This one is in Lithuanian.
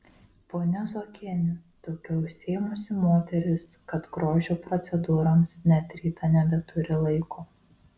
ponia zuokienė tokia užsiėmusi moteris kad grožio procedūroms net rytą nebeturi laiko